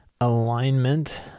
alignment